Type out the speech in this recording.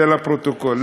זה לפרוטוקול.